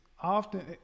often